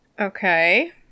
Okay